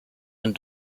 and